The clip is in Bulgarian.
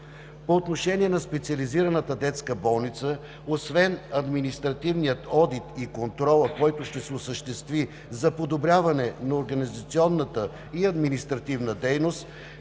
По отношение на Специализираната детска болница освен административният одит и контролът, който ще се осъществи за подобряване на организационната и административна дейност,